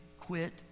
quit